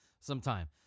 Sometime